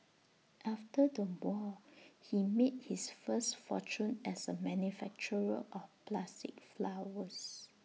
after the war he made his first fortune as A manufacturer of plastic flowers